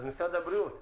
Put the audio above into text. משרד הבריאות בבקשה,